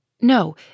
No